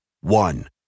One